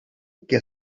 que